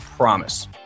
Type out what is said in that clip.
promise